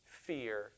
fear